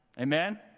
Amen